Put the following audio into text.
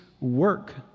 work